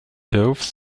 doves